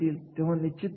याचे अवलोकन करावे